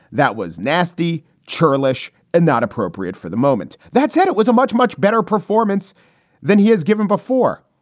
that was nasty, churlish and not appropriate for the moment. that said, it was a much, much better performance than he has given before.